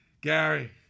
Gary